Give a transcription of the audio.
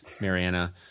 Mariana